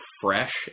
fresh